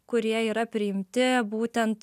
kurie yra priimti būtent